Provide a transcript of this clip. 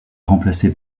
remplacé